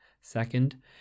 Second